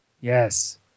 Yes